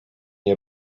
nie